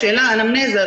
אנמנזיה.